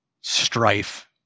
strife